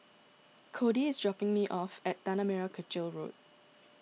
Codey is dropping me off at Tanah Merah Kechil Road